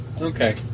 Okay